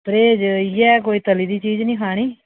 परहेज इ'यै कोई तली दी चीज निं खानी